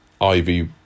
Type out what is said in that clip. Ivy